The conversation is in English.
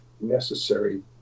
necessary